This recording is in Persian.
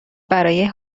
برای